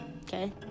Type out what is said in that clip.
okay